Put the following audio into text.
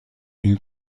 une